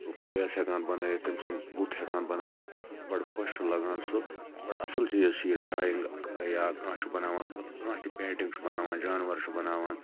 face ہیٚکان بَنٲیِتھ تٔمہِ سُنٛد بُتھ ہیٚکان بَنٲیِتھ بَڑٕ خۄش چھُ لَگان سُہ بَڑٕ اصل چیٖز چھُ یہِ ڈرایِنٛگ یا کانٛہہ چھُ بَناوان کانٛہہ تہِ پینٛٹِنٛگ چھُ بَناوان جانوَر چھُ بَناوان